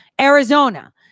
Arizona